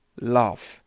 love